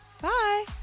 bye